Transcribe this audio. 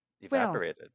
Evaporated